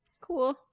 cool